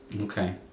Okay